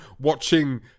watching